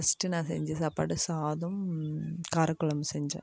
first நான் செஞ்ச சாப்பாடு சாதம் காரக்குழம்பு செஞ்சேன்